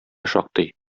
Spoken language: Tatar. шактый